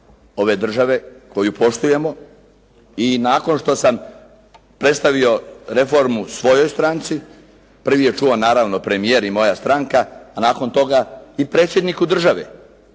ove države koju poštujemo i nakon što sam predstavio reformu svojoj stranci, prvi je čuo, naravno premijer i moja stranka, a nakon toga i Predsjedniku države